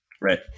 Right